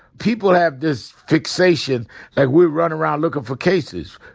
people have this fixation that we run around looking for cases.